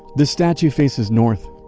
the statue faces north.